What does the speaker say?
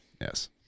yes